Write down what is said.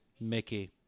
Mickey